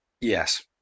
Yes